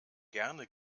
gerne